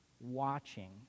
watching